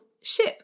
ship